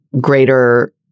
greater